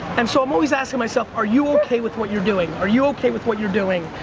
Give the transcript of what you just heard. and so, i'm always asking myself, are you okay with what you're doing? are you okay with what you're doing?